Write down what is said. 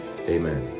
amen